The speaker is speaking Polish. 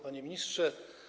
Panie Ministrze!